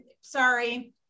sorry